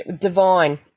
divine